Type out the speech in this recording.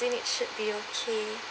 then it should be okay